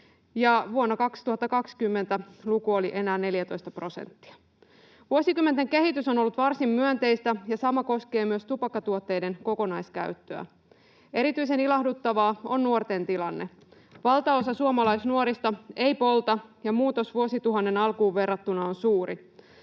vuonna 2020 luku oli enää 14 prosenttia. Vuosikymmenten kehitys on ollut varsin myönteistä, ja sama koskee myös tupakkatuotteiden kokonaiskäyttöä. Erityisen ilahduttava on nuorten tilanne. Valtaosa suomalaisnuorista ei polta, ja muutos vuosituhannen alkuun verrattuna on suuri.